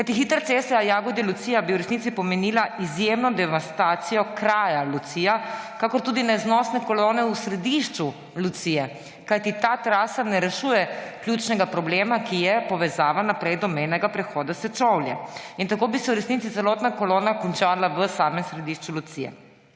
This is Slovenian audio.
Kajti hitra cesta Jagodje–Lucija bi v resnici pomenila izjemno devastacijo kraja Lucija ter tudi neznosne kolone v središču Lucije, kajti ta trasa ne rešuje ključnega problema, ki pa je povezava naprej do mejnega prehoda Sečovlje. In tako bi se v resnici celotna kolona končala v samem središču Lucije;